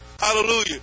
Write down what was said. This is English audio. Hallelujah